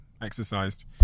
Exercised